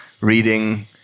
reading